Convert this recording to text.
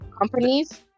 companies